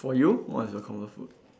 for you what's your comfort food